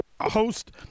host